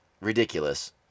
ridiculous